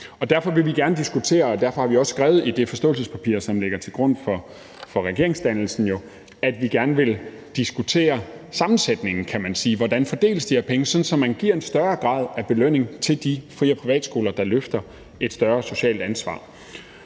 Det vil vi gerne diskutere, og derfor har vi også i det forståelsespapir, som ligger til grund for regeringsdannelsen, skrevet, at vi gerne vil diskutere sammensætningen, kan man sige, altså hvordan de her penge fordeles, sådan at man giver en større grad af belønning til de fri- eller privatskoler, der tager et større socialt ansvar.